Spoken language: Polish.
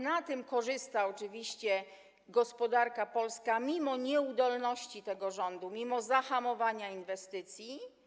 Na tym korzysta oczywiście gospodarka polska mimo nieudolności tego rządu, mimo zahamowania inwestycji.